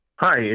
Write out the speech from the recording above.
Hi